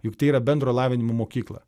juk tai yra bendro lavinimo mokykla